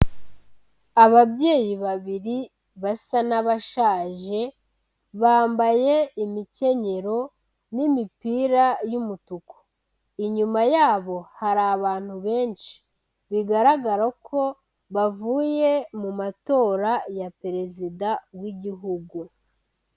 Ababyeyi babiri basa n'abashaje, bambaye imikenyero n'imipira y'umutuku, inyuma yabo hari abantu benshi, bigaragara ko bavuye mu matora ya perezida w'igihugu.